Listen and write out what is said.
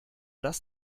das